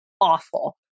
awful